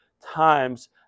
times